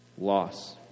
loss